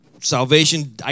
Salvation